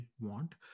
want